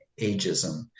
ageism